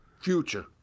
Future